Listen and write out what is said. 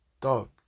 Dog